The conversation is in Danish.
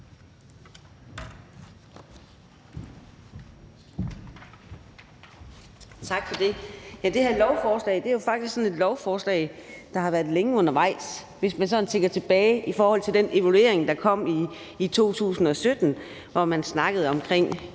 Tak for det.